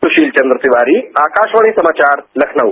सुशील चन्द्र तिवारी आकाशवाणी समाचार लखनऊ